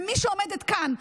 ומי שעומדת כאן,